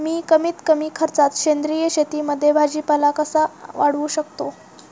मी कमीत कमी खर्चात सेंद्रिय शेतीमध्ये भाजीपाला कसा वाढवू शकतो?